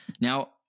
now